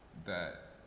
that,